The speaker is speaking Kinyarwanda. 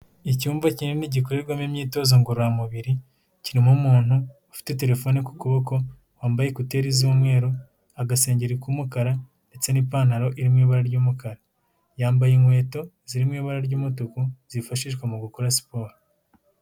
Icyumba kinini gikorerwamo imyitozo ngororamubiri, kirimo umuntu ufite telefone ku kuboko, wambaye ekuteri z'umweru, agasengeri k'umukara ndetse n'ipantaro iri mu ibara ry'umukara. Yambaye inkweto ziri mu ibara ry'umutuku zifashishwa mu gukora siporo.